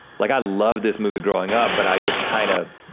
like i loved this movie growing up, but i just kind of,